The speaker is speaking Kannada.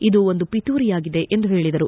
ಇದು ಒಂದು ಪಿತೂರಿಯಾಗಿದೆ ಎಂದು ಹೇಳಿದರು